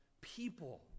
people